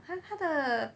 他他的